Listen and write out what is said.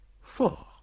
four